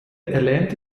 erlernte